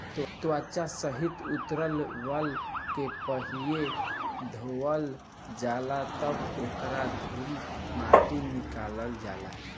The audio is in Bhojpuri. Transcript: त्वचा सहित उतारल बाल के पहिले धोवल जाला तब ओकर धूल माटी निकालल जाला